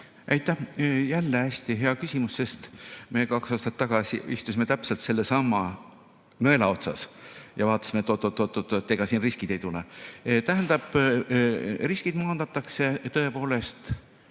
Aitäh! Jälle hästi hea küsimus, sest me kaks aastat tagasi istusime täpselt sellesama nõela otsas ja arutasime, et oot-oot, ega siit riskid ei tulene. Tähendab, riskid maandatakse tõepoolest